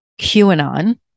QAnon